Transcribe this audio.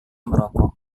merokok